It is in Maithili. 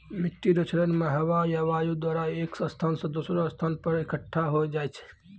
मिट्टी रो क्षरण मे हवा या वायु द्वारा एक स्थान से दोसरो स्थान पर इकट्ठा होय जाय छै